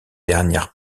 dernière